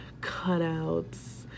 cutouts